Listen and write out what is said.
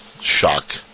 shock